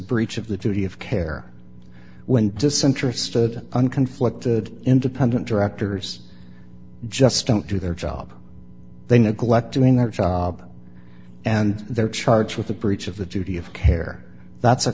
breach of the duty of care when disinterested on conflicted independent directors just don't do their job they neglect doing their job and they're charged with a breach of the duty of care that's a